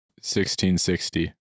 1660